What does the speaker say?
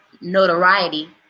notoriety